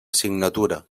assignatura